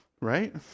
Right